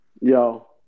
Yo